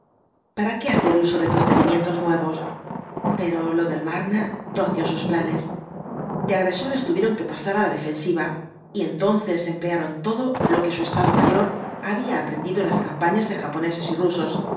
para qué hacer uso de procedimientos nuevos pero lo del marne torció sus planes de agresores tuvieron que pasará la defensiva y entonces emplearon todo lo que su estado mayor había aprendido en las campañas de japoneses y rusos